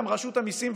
רשות המיסים,